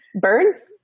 Birds